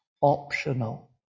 optional